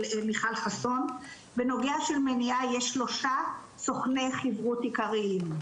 מיכל חסון - בנוגע של מניעה יש שלושה סוכני חיברות עיקריים,